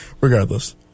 Regardless